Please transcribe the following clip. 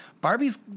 Barbie's